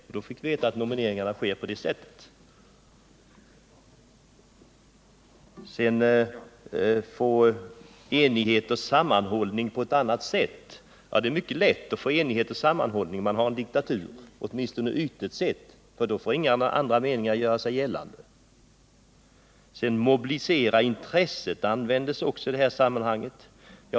Vi fick då veta att nomineringarna sker på det sättet. När det gäller att få enighet och sammanhållning på ett annat sätt så är det mycket lätt om man har en diktatur, åtminstone ytligt sett, för då får inga andra meningar göra sig gällande. Uttrycket ”mobilisera intresset” används också i sammanhanget.